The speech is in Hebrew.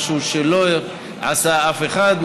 משהו שלא עשה אף אחד,